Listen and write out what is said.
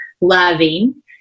loving